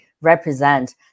represent